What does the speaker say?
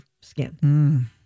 skin